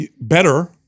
better